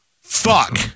fuck